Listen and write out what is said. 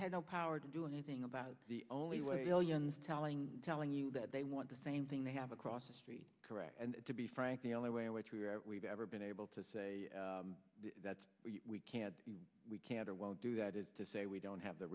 had no power to do anything about the only way billions telling telling you that they want to same thing they have across the street correct and to be frank the only way in which we've ever been able to say that we can't we can't or won't do that is to say we don't have the